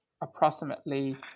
approximately